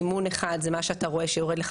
מימון אחד זה מה שאתה רואה שיורד לך